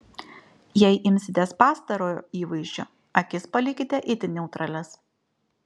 jei imsitės pastarojo įvaizdžio akis palikite itin neutralias